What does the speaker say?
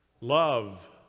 love